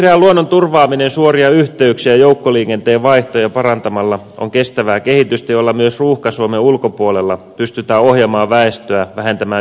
vihreän luonnon turvaaminen suoria yhteyksiä ja joukkoliikenteen vaihtoja parantamalla on kestävää kehitystä jolla myös ruuhka suomen ulkopuolella pystytään ohjaamaan väestöä vähentämään yksityisautoilua